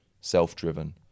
self-driven